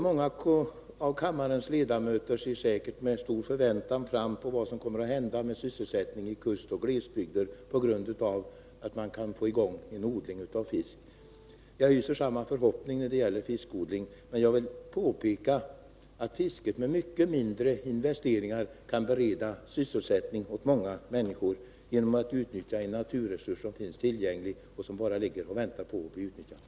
Då det gäller sysselsättningen i kustoch glesbygder ser många av kammarens ledamöter fram emot att man får i gång fiskodling. Jag hyser den förhoppningen. Men jag vill påpeka att fisket med mycket mindre investeringar kan bereda sysselsättning åt många människor. Man utnyttjar ju en naturresurs som redan finns tillgänglig och som bara ligger och väntar på att bli utnyttjad.